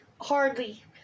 Hardly